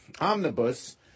omnibus